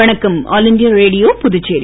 வணக்கம் ஆல்இண்டியாரேடியோ புதுச்சேரி